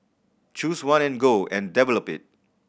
choose one and go and it